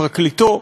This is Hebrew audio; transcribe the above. פרקליטו,